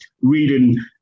reading